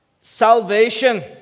salvation